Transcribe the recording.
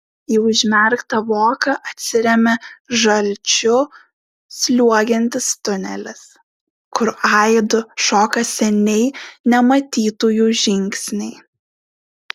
į užmerktą voką atsiremia žalčiu sliuogiantis tunelis kur aidu šoka seniai nematytųjų žingsniai